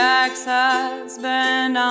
ex-husband